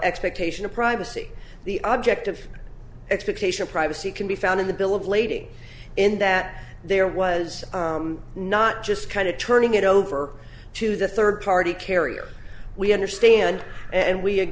expectation of privacy the object of expectation privacy can be found in the bill of lading in that there was not just kind of turning it over to the third party carrier we understand and we